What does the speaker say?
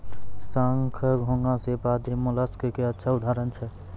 शंख, घोंघा, सीप आदि मोलस्क के अच्छा उदाहरण छै